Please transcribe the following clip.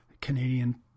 Canadian